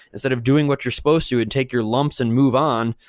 instead of doing what you're supposed to and take your lumps and move on,